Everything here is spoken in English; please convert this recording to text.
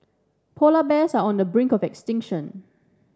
polar bears are on the brink of extinction